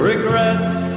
Regrets